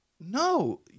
no